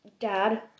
dad